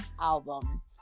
album